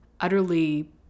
utterly